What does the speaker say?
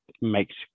makes